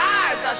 eyes